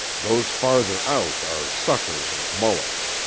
those farther out are suckers and mullets.